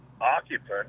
occupant